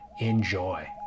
Enjoy